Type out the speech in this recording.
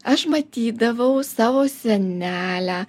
aš matydavau savo senelę